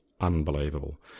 unbelievable